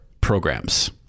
programs